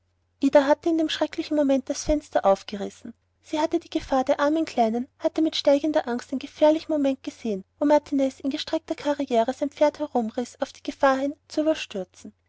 ida hatte in dem schrecklichen moment das fenster aufgerissen sie hatte die gefahr der armen kleinen hatte mit steigender angst den gefährlichen moment gesehen wo martiniz in gestreckter karriere sein pferd herumriß auf die gefahr hin zu überstürzen